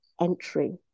entry